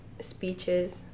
speeches